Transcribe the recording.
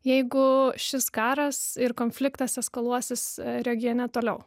jeigu šis karas ir konfliktas eskaluotas regione toliau